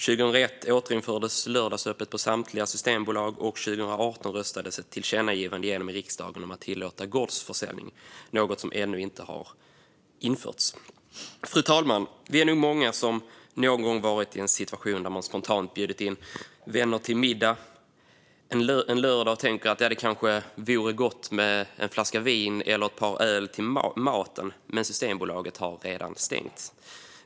År 2001 återinfördes lördagsöppet på samtliga systembolag, och 2018 röstades ett tillkännagivande om att tillåta gårdsförsäljning igenom i riksdagen. Detta har dock ännu inte införts. Fru talman! Vi är nog många som någon gång varit i en situation då vi spontant bjudit in vänner till middag en lördag och tänkt att det kanske vore gott med en flaska vin eller ett par öl till maten, men Systembolaget har redan stängt.